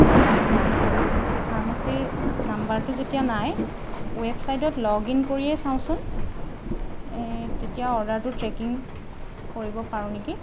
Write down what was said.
অঁ এটা কাম কৰোঁ ফাৰ্মাচীৰ নম্বৰটো যেতিয়া নাই ৱেবছাইটত লগ ইন কৰিয়েই চাওঁচোন এই তেতিয়া অৰ্ডাৰটো ট্ৰেকিং কৰিব পাৰোঁ নেকি